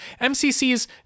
MCC's